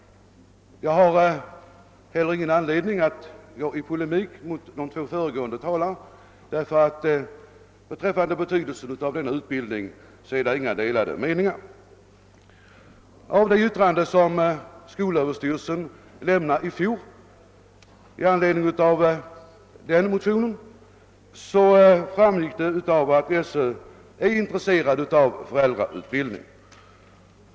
Jag har inte heller någon anledning att polemisera mot de två föregående talarna, eftersom det inte finns några delade meningar om betydelsen av denna utbildning. Av det yttrande som skolöverstyrelsen i fjol lämnade med anledning av motionen framgår att skolöverstyrelsen är intresserad av föräldrautbildning.